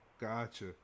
Gotcha